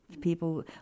people